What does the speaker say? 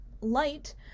light